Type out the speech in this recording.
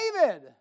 David